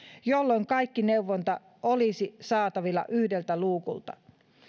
jolloin kaikki neuvonta olisi saatavilla yhdeltä luukulta